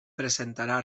presentarà